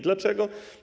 Dlaczego?